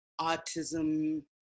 autism